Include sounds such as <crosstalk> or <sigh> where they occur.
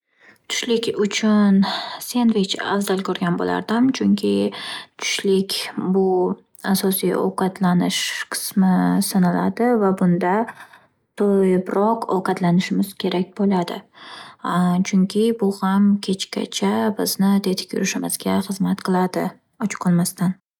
Tushlik uchun sendvich afzal ko'rgan bo'lardim, chunki tushlik bu asosiy ovqatlanish qismi sanaladi va bunda to'yibroq ovqatlanishimiz kerak bo'ladi. <hesitation> Chunki bu ham kechgacha bizni tetik yurishimizga xizmat qiladi och qolmasdan.